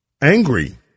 angry